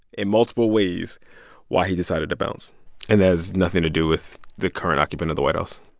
in multiple ways why he decided to bounce and has nothing to do with the current occupant of the white house?